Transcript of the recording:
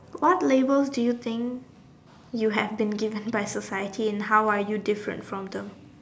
what labels do you think you have been given by society and how are you different from them